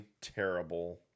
terrible